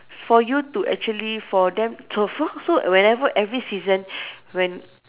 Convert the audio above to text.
s~ for you to actually for them so so so whenever every season when